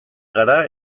gara